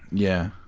yeah,